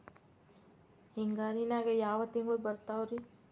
ಹಿಂಗಾರಿನ್ಯಾಗ ಯಾವ ತಿಂಗ್ಳು ಬರ್ತಾವ ರಿ?